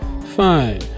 fine